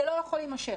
זה לא יכול להימשך.